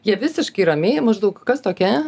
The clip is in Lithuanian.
jie visiškai ramiai maždaug kas tokia